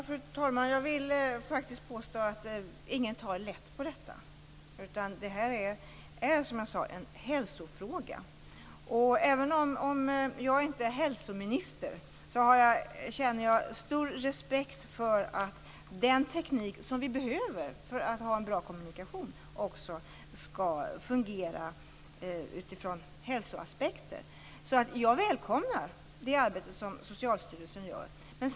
Fru talman! Jag vill påstå att ingen tar lätt på detta. Det är, som jag sade, en hälsofråga. Även om jag inte är hälsominister känner jag stor respekt för att den teknik som vi behöver för att ha en bra kommunikation också skall fungera ur hälsoaspekter. Jag välkomnar alltså det arbete som Socialstyrelsen utför.